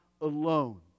alone